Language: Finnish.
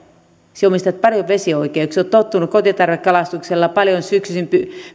sinä omistat paljon vesioikeuksia olet tottunut kotitarvekalastuksen myötä paljon syksyisin